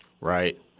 Right